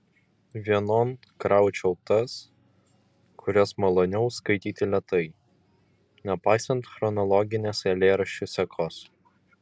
vienon kraučiau tas kurias maloniau skaityti lėtai nepaisant chronologinės eilėraščių sekos